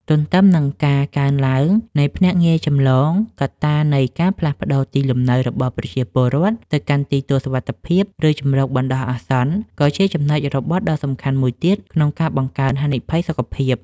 ទន្ទឹមនឹងការកើនឡើងនៃភ្នាក់ងារចម្លង កត្តានៃការផ្លាស់ទីលំនៅរបស់ប្រជាពលរដ្ឋទៅកាន់ទីទួលសុវត្ថិភាព ឬជម្រកបណ្តោះអាសន្ន ក៏ជាចំណុចរបត់ដ៏សំខាន់មួយទៀតក្នុងការបង្កើនហានិភ័យសុខភាព។